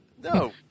No